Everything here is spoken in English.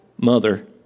mother